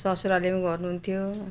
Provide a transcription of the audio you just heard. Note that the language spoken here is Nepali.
ससुराले पनि गर्नुहुन्थ्यो